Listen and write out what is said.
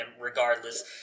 regardless